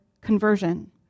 conversion